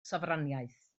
sofraniaeth